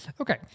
Okay